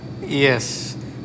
Yes